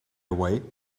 away